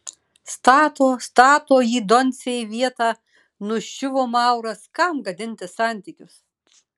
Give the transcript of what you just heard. stato stato jį doncė į vietą nuščiuvo mauras kam gadinti santykius